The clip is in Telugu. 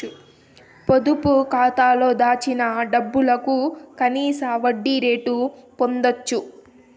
పొదుపు కాతాలో దాచిన డబ్బుకు కనీస వడ్డీ రేటు పొందచ్చు